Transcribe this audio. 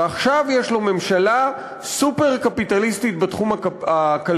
ועכשיו יש לו ממשלה סופר-קפיטליסטית בתחום הכלכלי,